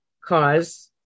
cause